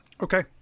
Okay